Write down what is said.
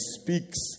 speaks